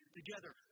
together